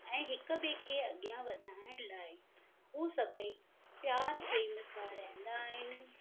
ऐं हिक ॿिए खे अॻियां वधाइण लाइ हू सभेई प्यार प्रेम सां रहंदा आहिनि